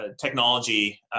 technology